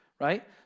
right